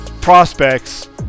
prospects